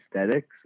aesthetics